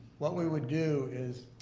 what we would do is,